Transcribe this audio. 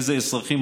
איזה אזרחים?